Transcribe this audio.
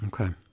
okay